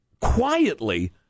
Quietly